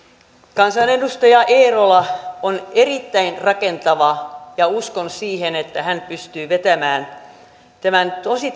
kansanedustaja eerola on erittäin rakentava ja uskon siihen että hän pystyy vetämään tätä tosi